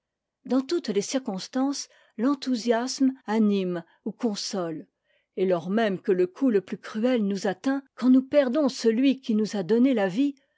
dans toutes les circonstances l'enthousiasme anime ou console et lors même que le coup le plus cruel nous atteint quand nous perdons celui qui nous a donné'la vie